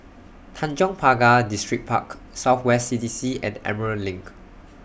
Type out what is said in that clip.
Tanjong Pagar Distripark South West C D C and Emerald LINK